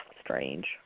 strange